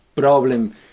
problem